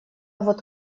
вот